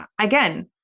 again